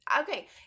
Okay